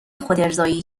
خودارضایی